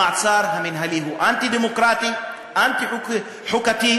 המעצר המינהלי הוא אנטי-דמוקרטי, אנטי-חוקתי,